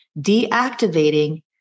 Deactivating